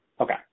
Okay